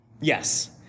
Yes